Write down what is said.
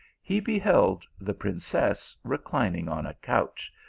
he be held the princess reclining on a couch,